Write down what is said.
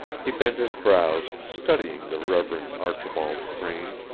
he bent his brows, studying the reverend archibald crane,